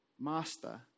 Master